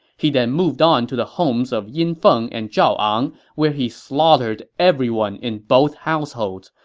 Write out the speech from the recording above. he then moved on to the homes of yin feng and zhao ang, where he slaughtered everyone in both households.